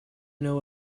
know